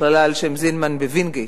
זינמן ב"וינגייט"